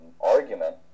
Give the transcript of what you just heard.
argument